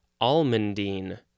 almondine